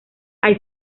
hay